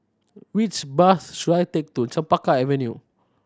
which bus should I take to Chempaka Avenue